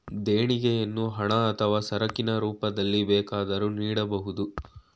ದೇಣಿಗೆಯನ್ನು ಹಣ ಅಥವಾ ಸರಕಿನ ರೂಪದಲ್ಲಿ ಬೇಕಾದರೂ ನೀಡಬೋದು